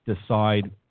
decide